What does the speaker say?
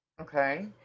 Okay